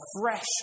fresh